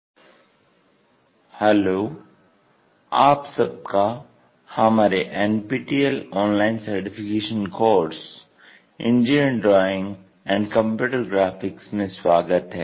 projections of solids III hello आप सबका हमारे NPTEL online certification course engineering drawing and computer graphics में स्वागत है